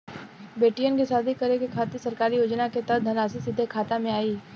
बेटियन के शादी करे के खातिर सरकारी योजना के तहत धनराशि सीधे खाता मे आई?